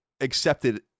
accepted